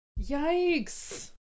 yikes